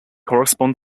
correspond